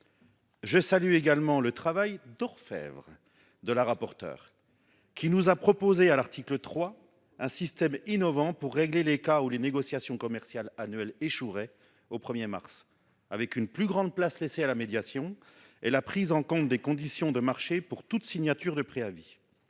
Je salue également le travail d'orfèvre de la rapporteure, qui nous a proposé à l'article 3 un système innovant pour régler les cas où les négociations commerciales annuelles échoueraient au 1mars. Il laisse une plus grande place à la médiation et prend en compte les conditions de marché pour toute signature de préavis.